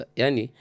yani